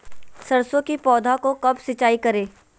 सरसों की पौधा को कब सिंचाई करे?